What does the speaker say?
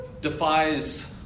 defies